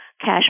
cash